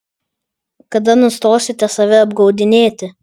kada nustosite save apgaudinėti